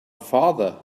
father